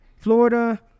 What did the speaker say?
Florida